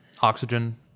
Oxygen